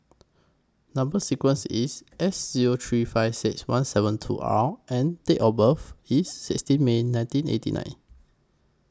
Number sequence IS S Zero three five six one seven two R and Date of birth IS sixteen May nineteen eighty nine